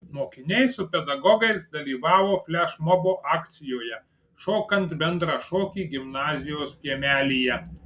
mokiniai su pedagogais dalyvavo flešmobo akcijoje šokant bendrą šokį gimnazijos kiemelyje